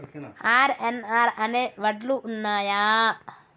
RNR అనే వడ్లు ఉన్నయా?